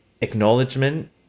acknowledgement